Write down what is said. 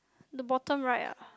the bottom right ah